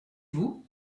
vous